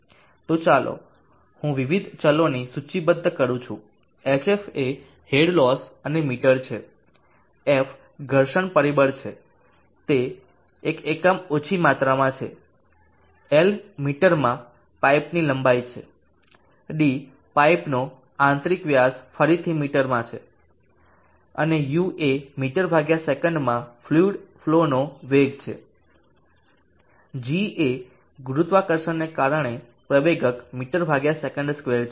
તો ચાલો હું વિવિધ ચલોની સૂચિબદ્ધ કરું hf એ હેડલોસ અને મીટર છે એફ ઘર્ષણ પરિબળ છે તે એક એકમ ઓછી માત્રામાં છે L મીટરમાં પાઇપની લંબાઈ છે d પાઇપનો આંતરિક વ્યાસ ફરીથી મીટર છે અને u એ મીસે માં ફ્લુઈડ ફલો નો વેગ છે g એ ગુરુત્વાકર્ષણને કારણે પ્રવેગક મીસે2 છે